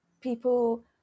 People